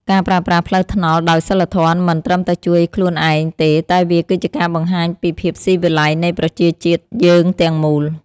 ការប្រើប្រាស់ផ្លូវថ្នល់ដោយសីលធម៌មិនត្រឹមតែជួយខ្លួនឯងទេតែវាគឺជាការបង្ហាញពីភាពស៊ីវិល័យនៃប្រជាជាតិយើងទាំងមូល។